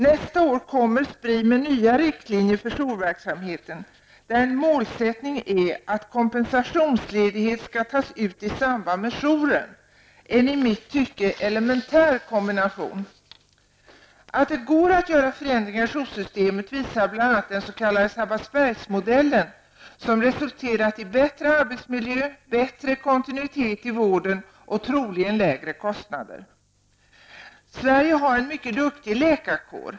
Nästa år kommer SPRI med nya riktlinjer för jourverksamheten, där en målsättning är att kompensationsledighet skall tas ut i samband med jouren -- en i mitt tycke elementär kombination. Att det går att göra förändringar i joursystemet visar bl.a. den s.k. Sabbatsbergsmodellen som resulterat i bättre arbetsmiljö, bättre kontinuitet i vården och troligen lägre kostnader. Sverige har en mycket duktig läkarkår.